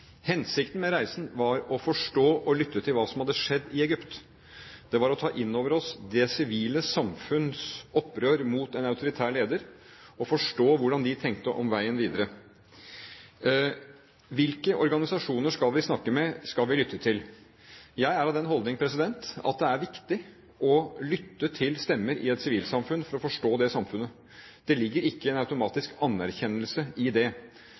Hensikten med reisen var å forstå og lytte til hva som hadde skjedd i Egypt. Det var for å ta inn over oss det sivile samfunns opprør mot en autoritær leder og forstå hvordan de tenkte om veien videre. Hvilke organisasjoner skal vi snakke med og lytte til? Jeg er av den holdning at det er viktig å lytte til stemmer i et sivilsamfunn for å forstå det samfunnet. Det ligger ikke en automatisk anerkjennelse i det.